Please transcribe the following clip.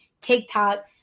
TikTok